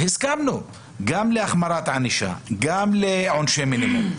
הסכמנו גם להחמרת הענישה, גם לעונשי מינימום,